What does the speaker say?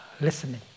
listening